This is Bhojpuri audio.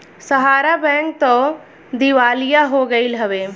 सहारा बैंक तअ दिवालिया हो गईल हवे